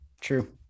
true